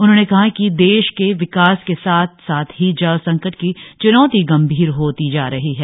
उन्होंने कहा कि देश के विकास के साथ साथ ही जल संकट की च्नौती गंभीर होती जा रही है